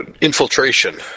infiltration